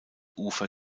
ufer